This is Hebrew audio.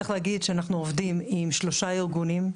צריך להגיד שאנחנו עם שלושה ארגונים.